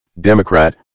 Democrat